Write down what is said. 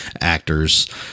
actors